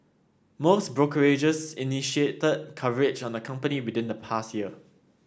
most brokerages initiated coverage on the company within the past year